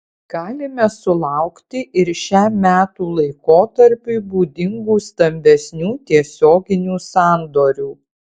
galime sulaukti ir šiam metų laikotarpiui būdingų stambesnių tiesioginių sandorių